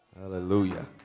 Hallelujah